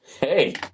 Hey